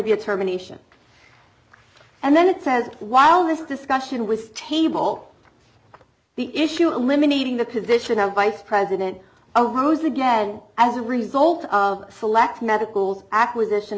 be a terminations and then it says while this discussion was table the issue eliminating the position of vice president arose again as a result of select medicals acquisition